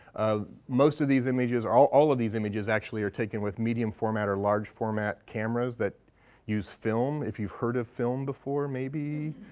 most of these images all all of these images actually are taken with medium format or large-format cameras that use film, if you've heard of film before maybe.